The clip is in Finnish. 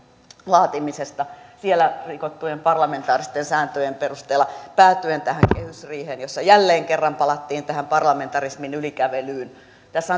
laatimisesta siellä rikottujen parlamentaaristen sääntöjen perusteella päätyen tähän kehysriiheen jossa jälleen kerran palattiin tähän parlamentarismin yli kävelyyn tässä